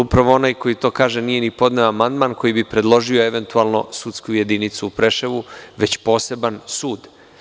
Onaj koji to kaže nije podneo amandman koji bi predložio eventualno sudsku jedinicu u Preševu, već poseban sud.